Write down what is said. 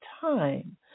time